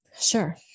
Sure